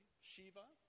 Shiva